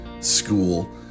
School